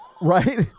right